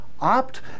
opt